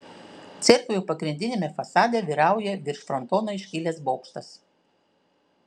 cerkvių pagrindiniame fasade vyrauja virš frontono iškilęs bokštas